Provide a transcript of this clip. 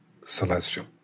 celestial